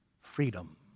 freedom